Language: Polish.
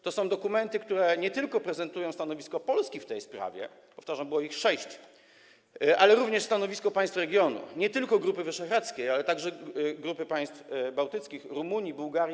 To są dokumenty, które prezentują nie tylko stanowisko Polski w danej sprawie - powtarzam: było ich sześć - ale również stanowisko państw regionu, nie tylko grupy Wyszehradzkiej, ale także grupy państw bałtyckich, Rumunii, Bułgarii.